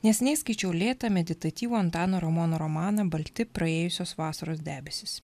neseniai skaičiau lėtą meditatyvų antano ramono romaną balti praėjusios vasaros debesys